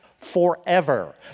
forever